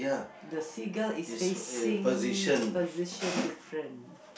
the seagull is facing position different